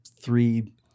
three